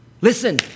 Listen